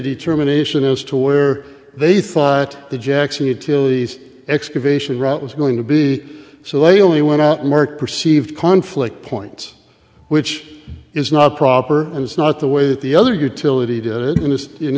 determination as to where they thought the jackson utilities excavation route was going to be so they only went out mark perceived conflict points which is not proper and it's not the way that the other utility d